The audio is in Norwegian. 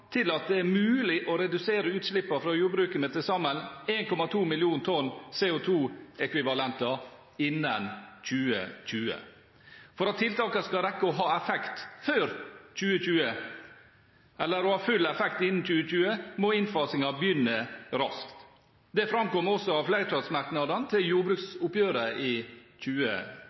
til at det er mulig å redusere utslippene fra jordbruket med til sammen 1,2 millioner tonn CO2-ekvivalenter innen 2020. For at tiltakene skal rekke å ha full effekt innen 2020, må innfasingen begynne raskt. Det framkom også av komitémerknadene til